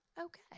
okay